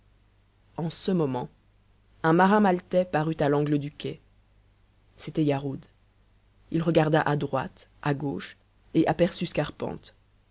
en ce moment un marin maltais parut à l'angle du quai c'était yarhud il regarda à droite à gauche et aperçut scarpante